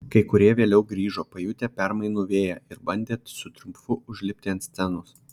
kai kurie vėliau grįžo pajutę permainų vėją ir bandė su triumfu užlipti ant scenos